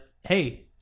hey